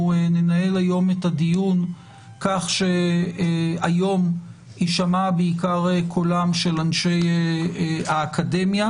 ננהל את הדיון כך שהיום יישמע בעיקר קולם של אנשי האקדמיה,